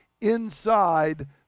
inside